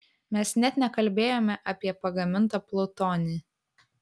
mes net nekalbėjome apie pagamintą plutonį